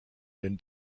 den